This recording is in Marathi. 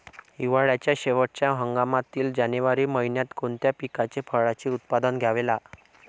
हिवाळ्याच्या शेवटच्या हंगामातील जानेवारी महिन्यात कोणत्या पिकाचे, फळांचे उत्पादन घ्यावे?